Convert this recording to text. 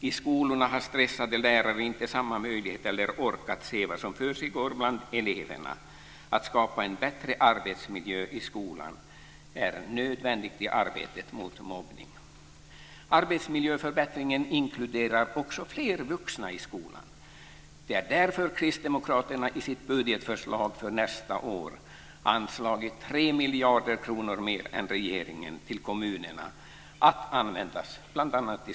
I skolorna har stressade lärare inte samma möjlighet eller ork att se vad som försiggår bland eleverna. Att skapa en bättre arbetsmiljö i skolan är nödvändigt i arbetet mot mobbning. Arbetsmiljöförbättringen inkluderar också fler vuxna i skolan. Det är därför Kristdemokraterna i sitt budgetförslag för nästa år anslagit 3 miljarder kronor mer än regeringen till kommunerna att användas bl.a.